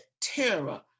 terror